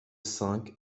cinq